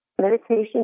Meditation